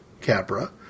Capra